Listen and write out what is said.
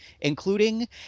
including